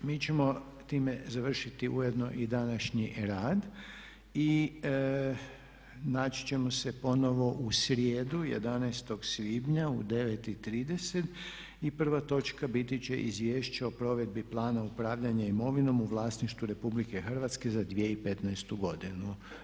Mi ćemo time završiti ujedno i današnji rad i naći ćemo se u ponovno u srijedu 11.svibnja u 9,30 i prva točka biti će Izvješće o provedbi plana upravljanja imovinom u vlasništvu RH za 2015.godinu.